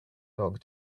dog